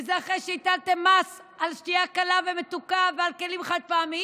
וזה אחרי שהטלתם מס על שתייה קלה ומתוקה ועל כלים חד-פעמיים,